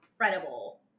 incredible